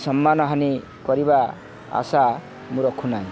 ସମ୍ମାନହାନି କରିବା ଆଶା ମୁଁ ରଖୁନାହିଁ